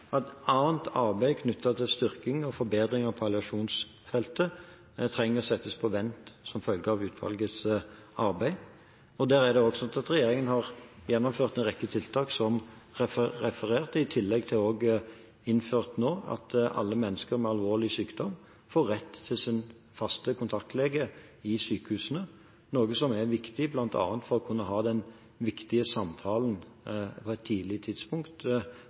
annet arbeid knyttet til styrking og forbedring av palliasjonsfeltet trenger å bli satt på vent som følge av utvalgets arbeid. Det er også slik at regjeringen har gjennomført en rekke tiltak som referert, i tillegg til nå å ha innført at alle mennesker med alvorlig sykdom får rett til sin faste kontaktlege i sykehusene, noe som er viktig bl.a. for å kunne ha den viktige samtalen på et tidlig tidspunkt